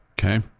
okay